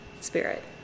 spirit